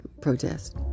protest